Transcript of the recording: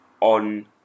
on